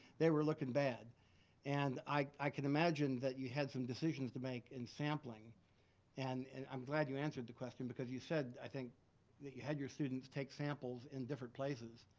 they were looking bad and i can imagine that you had some decisions to make in sampling and and i'm glad you answered the question because you said, i think that you had your students take samples in different places.